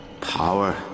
Power